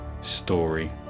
Story